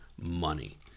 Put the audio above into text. money